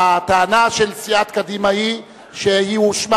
הטענה של סיעת קדימה היא שהיא הואשמה,